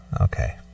Okay